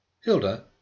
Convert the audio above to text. Hilda